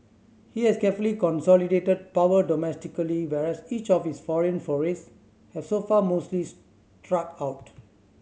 he has carefully consolidated power domestically whereas each of his foreign forays have so far mostly struck out